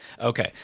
Okay